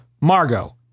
Margot